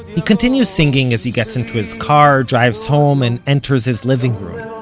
he continues singing as he gets into his car, drives home and enters his living room.